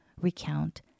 recount